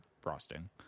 frosting